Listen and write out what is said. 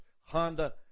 Honda